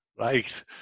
Right